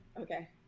okay